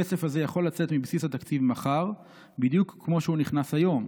" הכסף הזה יכול לצאת מבסיס התקציב מחר בדיוק כמו שהוא נכנס היום.